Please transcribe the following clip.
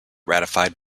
ratified